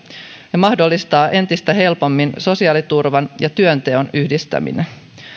ja mahdollistaa entistä helpommin sosiaaliturvan ja työnteon yhdistäminen